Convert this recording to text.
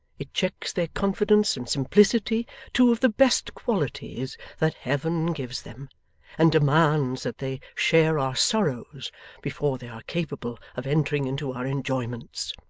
it checks their confidence and simplicity two of the best qualities that heaven gives them and demands that they share our sorrows before they are capable of entering into our enjoyments